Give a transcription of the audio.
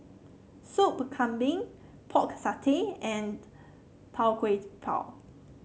Soup Kambing Pork Satay and Tau Kwa Pau